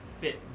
fit